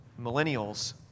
millennials